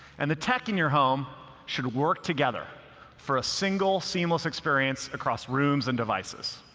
and the tech in your home should work together for a single seamless experience across rooms and devices.